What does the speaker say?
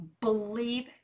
believe